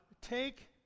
take